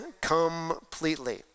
completely